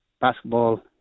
basketball